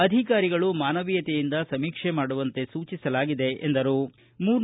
ಅಧಿಕಾರಿಗಳು ಮಾನವೀಯತೆಯಿಂದ ಸಮೀಕ್ಷೆ ಮಾಡುವಂತೆ ಸೂಚಿಸಲಾಗಿದೆ ಎಂದರು